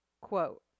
Quote